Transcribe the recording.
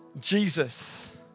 Jesus